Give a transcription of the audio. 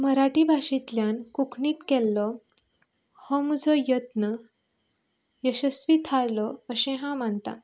मराठी भाशेंतल्यान कोंकणीत केल्लो हो म्हजो यत्न यशस्वी थारलो अशें हांव मानतां